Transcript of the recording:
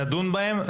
נדון בהן,